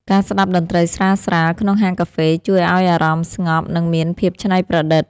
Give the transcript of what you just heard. ការស្តាប់តន្ត្រីស្រាលៗក្នុងហាងកាហ្វេ ជួយឱ្យអារម្មណ៍ស្ងប់ និងមានភាពច្នៃប្រឌិត។